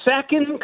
second